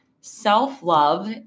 self-love